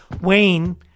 Wayne